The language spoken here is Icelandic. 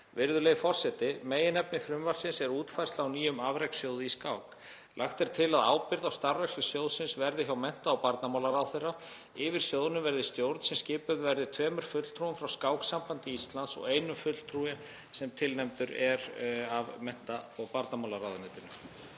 Virðulegi forseti. Meginefni frumvarpsins er útfærsla á nýjum afrekssjóði í skák. Lagt er til að ábyrgð á starfrækslu sjóðsins verði hjá mennta- og barnamálaráðherra. Yfir sjóðnum verði stjórn sem skipuð verði tveimur fulltrúum frá Skáksambandi Íslands og einum fulltrúa sem tilnefndur er af mennta- og barnamálaráðuneytinu.